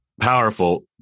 powerful